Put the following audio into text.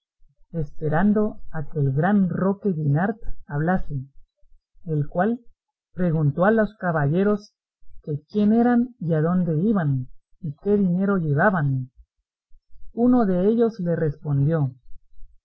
esperando a que el gran roque guinart hablase el cual preguntó a los caballeros que quién eran y adónde iban y qué dinero llevaban uno dellos le respondió